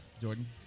jordan